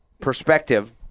perspective